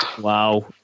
Wow